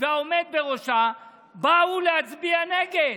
והעומד בראשה באו להצביע נגד.